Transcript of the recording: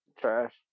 Trash